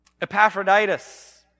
Epaphroditus